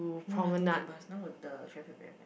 no lah don't take bus now the traffic very bad